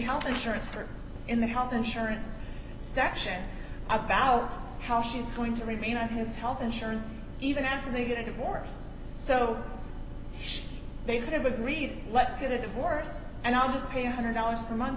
health insurance or in the health insurance section about how she's going to remain on his health insurance even after they get a divorce so they could have agreed let's get a divorce and i'll just pay one hundred dollars per month